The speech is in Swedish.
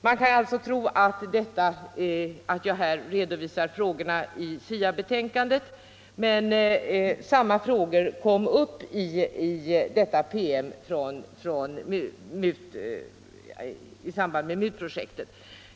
Man kan alltså tro att jag här redovisar frågorna i SIA-betänkandet, men samma frågor kom upp i denna promemoria i samband med MUT projektet.